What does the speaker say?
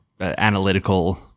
analytical